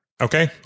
Okay